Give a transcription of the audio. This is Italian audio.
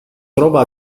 trova